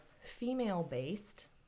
female-based